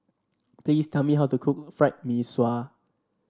please tell me how to cook Fried Mee Sua